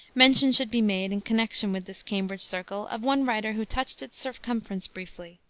mention should be made, in connection with this cambridge circle, of one writer who touched its circumference briefly.